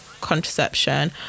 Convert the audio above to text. contraception